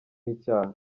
icyaha